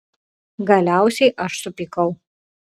galiausiai aš supykau